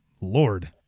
Lord